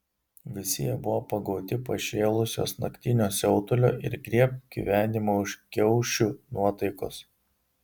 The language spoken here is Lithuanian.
visi jie buvo pagauti pašėlusios naktinio siautulio ir griebk gyvenimą už kiaušių nuotaikos